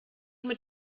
mit